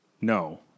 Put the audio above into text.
No